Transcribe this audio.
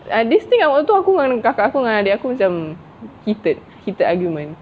and this thing waktu tu aku dengan kakak aku adik aku macam heated heated argument